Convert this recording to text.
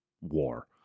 war